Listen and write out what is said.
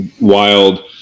wild